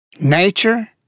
Nature